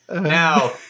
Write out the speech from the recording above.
Now